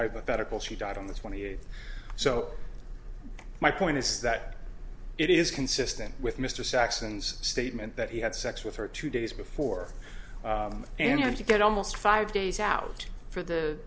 hypothetical she died on the twentieth so my point is that it is consistent with mr saxon's statement that he had sex with her two days before and you get almost five days out for the